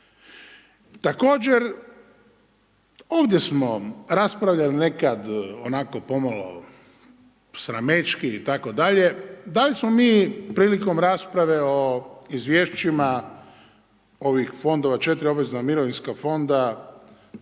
Također, ovdje smo raspravljali nekad onako pomalo sramećki itd., da li smo prilikom rasprave o izvješćima ovih fondova 4 obvezna mirovinska fonda